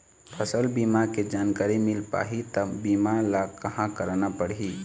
फसल बीमा के जानकारी मिल पाही ता बीमा ला कहां करना पढ़ी?